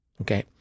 Okay